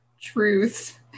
Truth